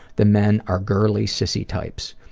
the men are girly, sissy types.